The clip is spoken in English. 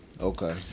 Okay